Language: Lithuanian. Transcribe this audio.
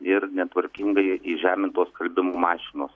ir netvarkingai įžemintos skalbimo mašinos